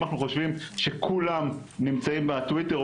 אם אנחנו חושבים שכולם נמצאים בטוויטר או